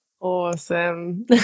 Awesome